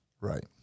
Right